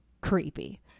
creepy